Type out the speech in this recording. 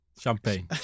champagne